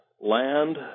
land